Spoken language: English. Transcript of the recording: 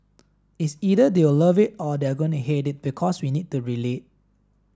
it's either they'll love it or they are going to hate it because we need to relate